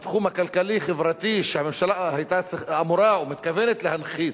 בתחום הכלכלי-חברתי שהממשלה אמורה או מתכוונת להנחית,